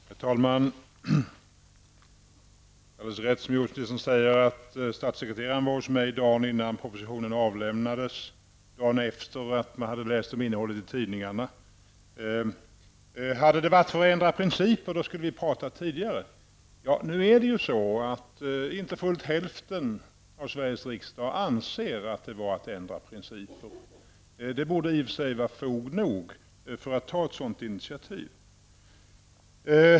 Herr talman! Det är naturligtvis rätt som jordbruksministern säger att statssekreteraren var hos mig innan propositionen avlämnades, dagen efter att man hade läst om innehållet i tidningarna. Om det hade varit för att ändra principer skulle vi ha talat om det tidigare. Inte fullt hälften av Sveriges riksdag anser att det var att ändra principer. Det borde i och för sig vara fog nog för att ta ett sådant initiativ.